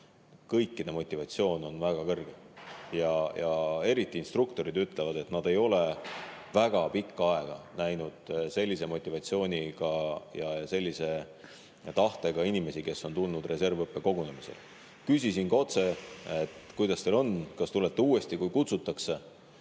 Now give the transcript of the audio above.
on motivatsioon väga kõrge. Instruktorid ütlevad, et nad ei ole väga pikka aega näinud sellise motivatsiooni ja tahtega inimesi, kes on tulnud reservõppekogunemisele. Küsisin ka otse, kuidas on, kas tulete uuesti, kui kutsutakse.